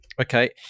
Okay